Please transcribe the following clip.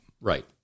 Right